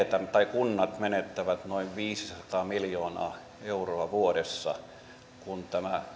kunnat menettävät noin viisisataa miljoonaa euroa vuodessa kun